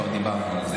כבר דיברנו על זה.